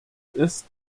ist